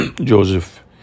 Joseph